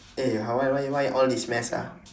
eh !huh! why why why all this mess ah